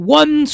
one